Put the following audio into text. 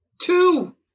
two